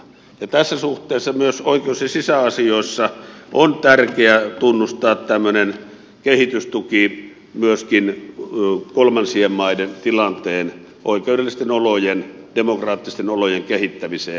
ja tässä suhteessa myös oikeus ja sisäasioissa on tärkeää tunnustaa tämmöinen kehitystuki myöskin kolmansien maiden tilanteen niiden oikeudellisten olojen demokraattisten olojen kehittämiseen